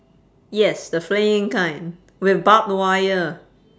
yes the flaying kind with barbed wire